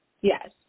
Yes